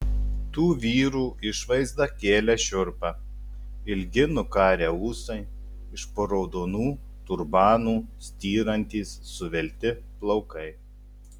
tų vyrų išvaizda kėlė šiurpą ilgi nukarę ūsai iš po raudonų turbanų styrantys suvelti plaukai